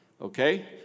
okay